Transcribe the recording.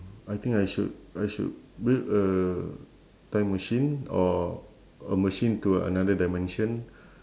I think I should I should build a time machine or a machine to another dimension